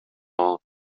болуп